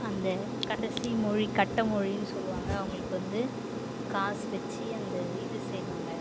அந்த கடைசி மொழி கட்டை மொழின்னு சொல்லுவாங்க அவங்களுக்கு வந்து காசு வச்சி அந்த இது செய்வாங்க